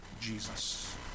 Jesus